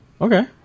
Okay